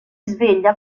sveglia